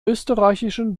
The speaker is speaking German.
österreichischen